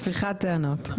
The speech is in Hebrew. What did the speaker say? שפיכת טענות.